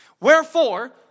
Wherefore